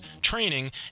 training